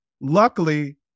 Luckily